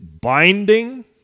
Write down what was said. binding